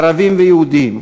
ערבים ויהודים,